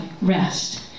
rest